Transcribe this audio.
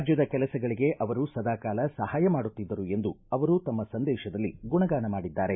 ರಾಜ್ಯದ ಕೆಲಸಗಳಿಗೆ ಅವರು ಸದಾಕಾಲ ಸಹಾಯ ಮಾಡುತ್ತಿದ್ದರು ಎಂದು ಅವರು ತಮ್ಮ ಸಂದೇಶದಲ್ಲಿ ಗುಣಗಾನ ಮಾಡಿದ್ದಾರೆ